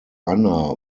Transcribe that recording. anna